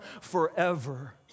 forever